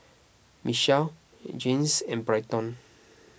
Michelle Janyce and Bryton